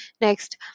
Next